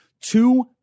two